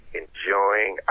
enjoying